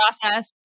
process